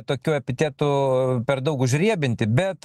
tokių epitetų per daug užriebinti bet